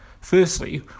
Firstly